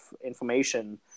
information